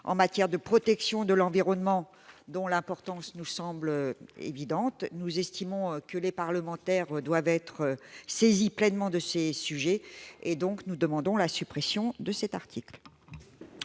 en matière de protection de l'environnement, dont l'importance nous semble évidente. Nous estimons que les parlementaires doivent être saisis pleinement de ces sujets et nous demandons donc la suppression de cet article.